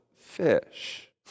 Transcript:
fish